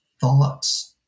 thoughts